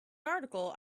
article